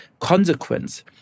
consequence